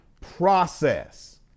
process